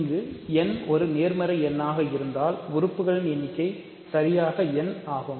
இங்கு n ஒரு நேர்மறை எண்ணாக இருந்தால் உறுப்புகளின் எண்ணிக்கை சரியாக n ஆகும்